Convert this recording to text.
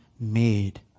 made